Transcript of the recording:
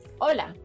Hola